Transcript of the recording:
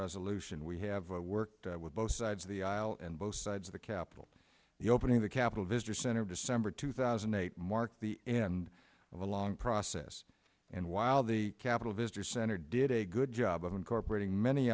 resolution we have worked with both sides of the aisle and both sides of the capitol the opening of the capitol visitor center december two thousand and eight marked the end of a long process and while the capitol visitor center did a good job of incorporating many